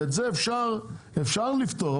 ואת זה אפשר לפתור,